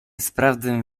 sprawdzę